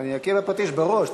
אני אכה בפטיש בראש.